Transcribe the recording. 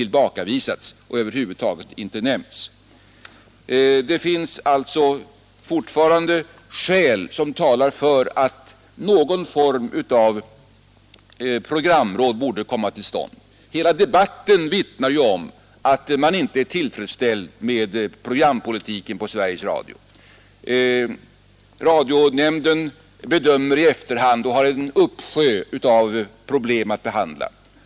Alla sådana påståenden har klart och tydligt tillbakavisats Skäl talar alltså fortfarande för att någon form av programråd borde komma till stånd. Hela debatten vittnar om att man inte är tillfredsställd med programpolitiken på Sveriges Radio. Radionämnden bedömer i efterhand och har en uppsjö av anmälningar att behandla.